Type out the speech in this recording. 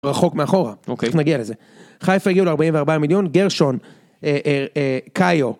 רחוק מאחורה, אוקיי תכף נגיע לזה, חיפה הגיעו ל44 מיליון, גרשון, אה אה אה קאיו.